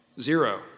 Zero